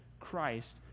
Christ